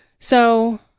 so,